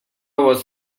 was